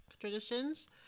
traditions